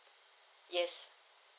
yes